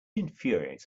infuriates